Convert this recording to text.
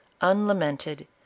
unlamented